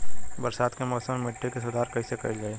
बरसात के मौसम में मिट्टी के सुधार कईसे कईल जाई?